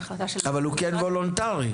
בהחלטה של --- אבל הוא כן וולונטרי.